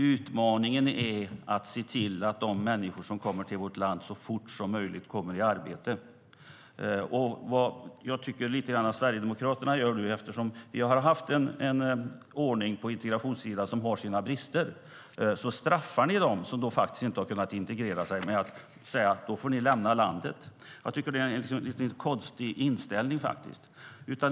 Utmaningen är att se till att de människor som kommer till vårt land så fort som möjligt kommer i arbete. Vi har haft en ordning på integrationssidan som har sina brister, men här tycker jag att Sverigedemokraterna straffar dem som inte har kunnat integrera sig med att kräva att de ska lämna landet. Det är en lite konstig inställning, faktiskt.